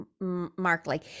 Markley